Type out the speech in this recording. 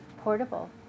portable